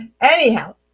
anyhow